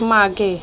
मागे